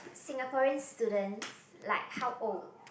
Singaporean students like how old